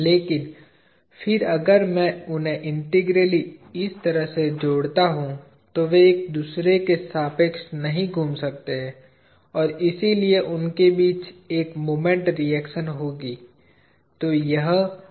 लेकिन फिर अगर मैं उन्हें इंटेग्रली इस तरह से जोड़ता हूं तो वे एक दूसरे के सापेक्ष नहीं घूम सकते हैं और इसलिए उनके बीच एक मोमेंट रिएक्शन होगी